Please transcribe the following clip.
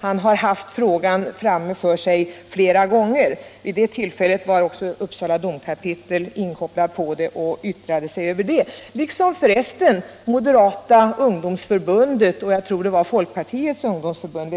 Han har haft liknande frågor framför sig tidigare och då var också Uppsala domkapitel inkopplat och yttrade sig, liksom för resten Moderata ungdomsförbundet och, tror jag, Folkpartiets ungdomsförbund.